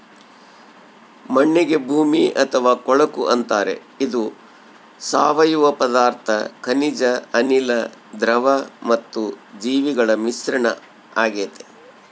ಮಣ್ಣಿಗೆ ಭೂಮಿ ಅಥವಾ ಕೊಳಕು ಅಂತಾರೆ ಇದು ಸಾವಯವ ಪದಾರ್ಥ ಖನಿಜ ಅನಿಲ, ದ್ರವ ಮತ್ತು ಜೀವಿಗಳ ಮಿಶ್ರಣ ಆಗೆತೆ